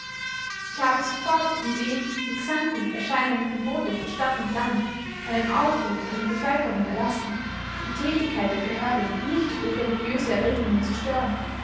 ich habe sofort in dem in xanten erscheinenden bote für stadt und land einen aufruf an die bevölkerung erlassen die tätigkeit der behörde nicht durch religiöse erregungen zu stören